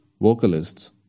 vocalists